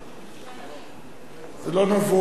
זה לא נבואה, זה ראייה.